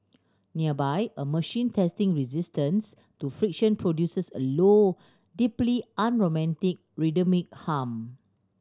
nearby a machine testing resistance to friction produces a low deeply unromantic rhythmic hum